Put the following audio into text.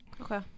okay